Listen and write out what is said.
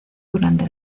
durante